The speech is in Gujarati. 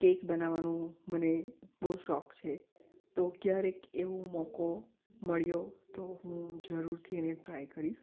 કેક બનાવવાનું મને બહુ શોખ છે તો ક્યારેક એવો મોકો મળ્યો તો હું જરૂરથી એને ટ્રાય કરીશ